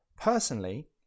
Personally